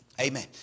Amen